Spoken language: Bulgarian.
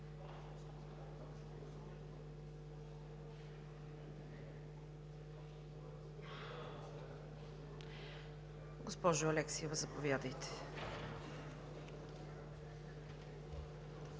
Госпожо Савеклиева, заповядайте.